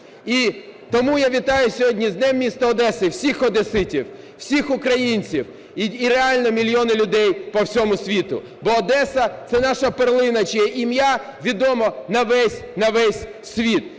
Тому я вітаю сьогодні з Днем міста Одеси всіх одеситів, всіх українців і реально мільйони людей по всьому світу, бо Одеса – це наша перлина, чиє ім'я відоме на весь,